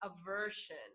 aversion